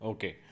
Okay